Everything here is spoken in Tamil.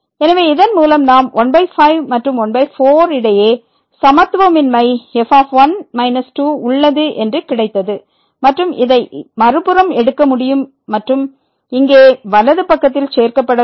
எனவே இதன் மூலம் நாம் 15 மற்றும் 14 இடையே சமத்துவமின்மை f1 2 உள்ளது என்று கிடைத்தது மற்றும் இதை மறுபுறம் எடுக்க முடியும் மற்றும் இங்கே வலது பக்கத்தில் சேர்க்கப்பட வேண்டும்